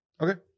Okay